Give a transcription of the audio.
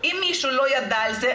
אם מישהו לא ידע על זה,